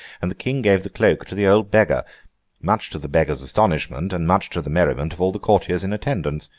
and the king gave the cloak to the old beggar much to the beggar's astonishment, and much to the merriment of all the courtiers in attendance.